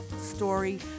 story